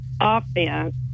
offense